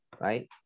right